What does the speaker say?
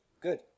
Good